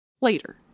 later